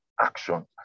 action